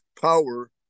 power